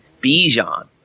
Bijan